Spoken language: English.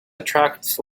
attracts